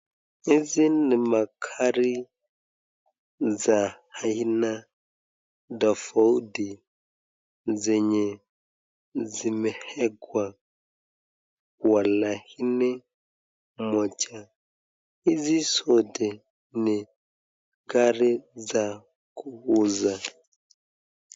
Hizi ni magari za aina tofauti zenye zimeekwa kwa laini moja. Hizi zote ni gari za kuuza.